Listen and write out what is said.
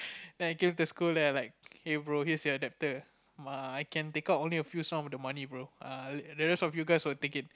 and I came to school then I like hey bro here's your adaptor ma~ I can take out a few some of the money bro err the rest of you guys will take it